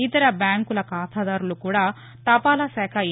ఇతర బ్యాంకుల ఖాతాదారులు కూడా తపాలా శాఖ ఎ